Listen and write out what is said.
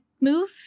move